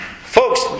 Folks